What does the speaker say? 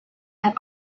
have